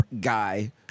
guy